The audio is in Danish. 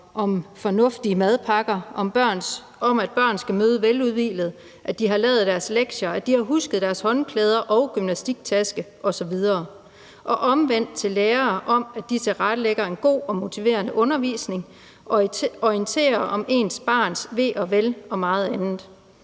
om fornuftige madpakker og om, at børn skal møde veludhvilede, at de har lavet deres lektier, at de har husket deres håndklæde og gymnastiktaske osv. Omvendt kan der stilles krav til lærere om, at de tilrettelægger en god og motiverende undervisning og orienterer om ens barns ve og vel og meget andet.